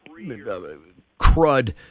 crud